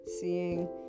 seeing